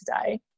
today